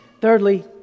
Thirdly